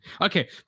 Okay